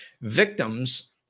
victims